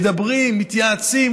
מדברים, מתייעצים.